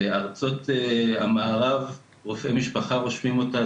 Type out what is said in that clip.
בארצות המערב רופאי משפחה רושמים אותה,